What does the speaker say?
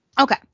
Okay